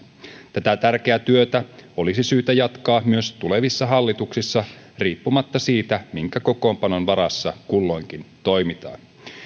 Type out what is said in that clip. tätä tärkeää työtä olisi syytä jatkaa myös tulevissa hallituksissa riippumatta siitä minkä kokoonpanon varassa kulloinkin toimitaan